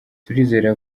turizera